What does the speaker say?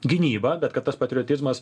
gynybą bet kad tas patriotizmas